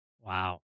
Wow